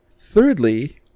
Thirdly